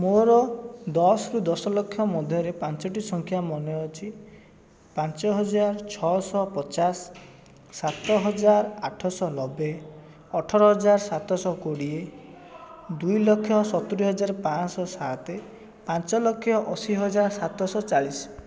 ମୋର ଦଶରୁ ଦଶଲକ୍ଷ ମଧ୍ୟରେ ପାଞ୍ଚୋଟି ସଂଖ୍ୟା ମନେ ଅଛି ପାଞ୍ଚହଜାର ଛଅଶହ ପଚାସ ସାତହଜାର ଆଠସହ ନବେ ଅଠରହଜାର ସାତଶହ କୋଡ଼ିଏ ଦୁଇଲକ୍ଷ ସତୁରି ହଜାର ପାଞ୍ଚଶହ ସାତ ପାଞ୍ଚଲକ୍ଷ ଅଶି ହଜାର ସାତଶହ ଚାଳିଶ